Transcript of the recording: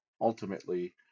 ultimately